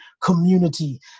community